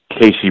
Casey